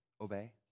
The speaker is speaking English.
obey